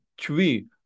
tree